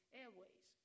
airways